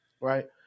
right